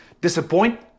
disappoint